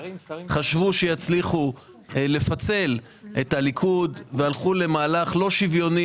חשבו שיצליחו לפצל את הליכוד והלכו למהלך לא שוויוני